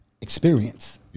experience